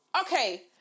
okay